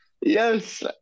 Yes